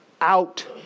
out